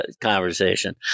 conversation